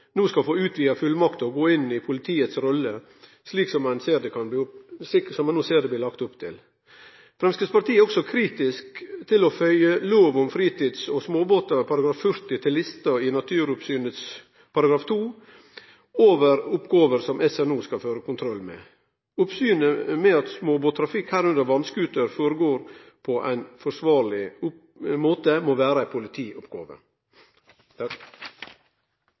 no skal få utvida fullmakt til å gå inn i politiet sin rolle, slik ein no ser det blir lagt opp til. Framstegspartiet er også kritisk til å føye lov om fritids- og småbåtar § 40 til lista i naturoppsynet sin § 2 over oppgåver som SNO skal føre kontroll med. Oppsynet med at småbåttrafikk – medrekna vasskuterar – føregår på ein forsvarleg måte må vere ei politioppgåve.